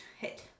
Hit